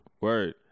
word